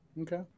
okay